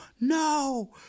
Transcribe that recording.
no